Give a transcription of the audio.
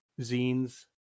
zines